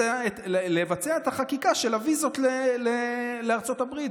לבצע את החקיקה של הוויזות לארצות הברית.